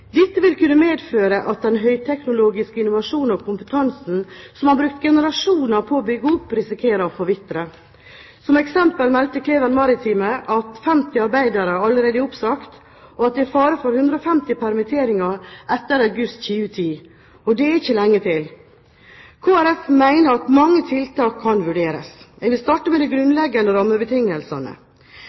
Dette vil kunne medføre at den høyteknologiske innovasjon og kompetanse som en har brukt generasjoner på å bygge opp, risikerer å forvitre. Som eksempel meldte Kleven Maritime at 50 arbeidere allerede er oppsagt, og at det er fare for 150 permitteringer etter august 2010 – og det er ikke lenge til. Kristelig Folkeparti mener at mange tiltak kan vurderes. Jeg vil starte med de grunnleggende rammebetingelsene: